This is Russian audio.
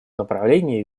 направлении